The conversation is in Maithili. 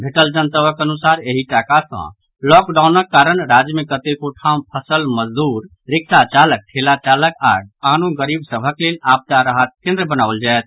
भेटल जनतबक अनुसार एहि टाका सँ लॉकडाउनक कारण राज्य मे कतेको ठाम फंसल मजदूर रिक्शा चालक ठेला चालक आओर आनो गरीब सभक लेल आपदा राहत केन्द्र बनाओल जायत